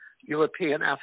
European